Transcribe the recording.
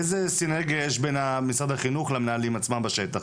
איזה סינרגיה יש בין משרד החינוך למנהלים עצמם בשטח?